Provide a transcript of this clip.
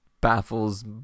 baffles